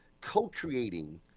co-creating